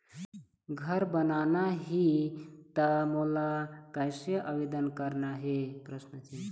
घर बनाना ही त मोला कैसे आवेदन करना हे?